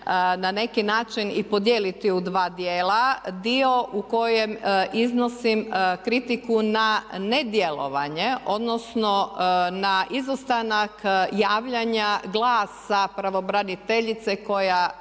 na neki način i podijeliti u dva djela. Dio u kojem iznosim kritiku na nedjelovanje odnosno na izostanak javljanja glasa pravobraniteljice od